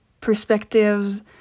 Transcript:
perspectives